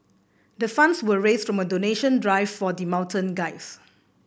the funds were raised from a donation drive for the mountain guides